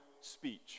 speech